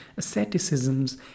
asceticisms